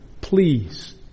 please